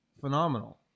Phenomenal